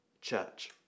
church